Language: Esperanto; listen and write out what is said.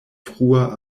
frua